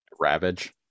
Ravage